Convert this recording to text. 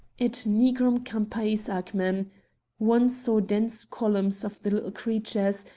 it nigrum campis agmen one saw dense columns of the little creatures,